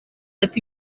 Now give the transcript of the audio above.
ati